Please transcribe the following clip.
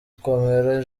gikomero